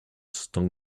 stung